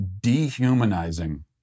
dehumanizing